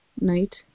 night